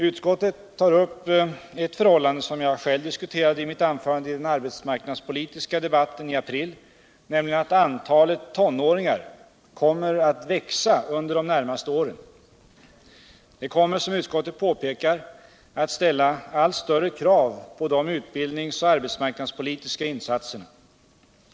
Utskottet tar upp ett förhållande som jag själv berörde i mitt anförande i den arbetsmarknadspolitiska debatten i april, nämligen att antalet tonåringar kommer att växa under de närmaste åren. Det kommer, som utskottet påpekar, att ställa allt större krav på de utbildnings och arbetsmarknadspo litiska insatserna.